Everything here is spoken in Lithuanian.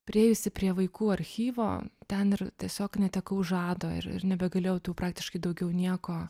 priėjusi prie vaikų archyvo ten ir tiesiog netekau žado ir ir nebegalėjau praktiškai daugiau nieko